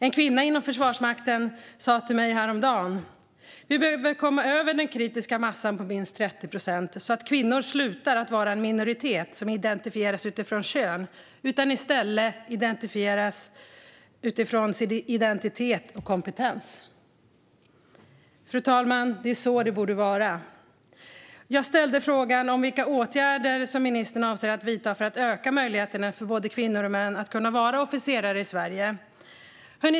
En kvinna inom Försvarsmakten sa häromdagen till mig: "Vi behöver komma över den kritiska massan på minst 30 procent, så att kvinnor slutar vara en minoritet som identifieras utifrån kön och i stället börjar identifieras utifrån sin egen identitet och kompetens." Det är så det borde vara, fru talman. Jag ställde frågan om vilka åtgärder ministern avser att vidta för att öka möjligheterna för både kvinnor och män att vara officerare i Sverige.